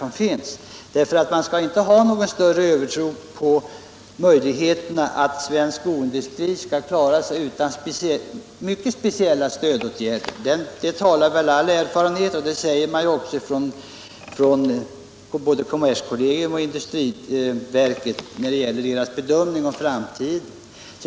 Man skall inte ha — Nr 119 någon större övertro på att svensk skoindustri kan klara sig utan mycket Torsdagen den speciella stödåtgärder. För detta talar all erfarenhet. Så säger också både 28 april 1977 kommerskollegium och industriverket i sina bedömningar av framtiden.